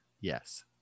Yes